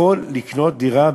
יכול לקנות דירה?